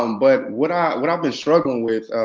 um but what um what i've been struggling with,